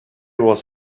was